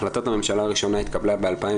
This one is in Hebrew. החלטת הממשלה הראשונה התקבלה ב-2016,